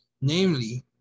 namely